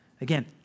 Again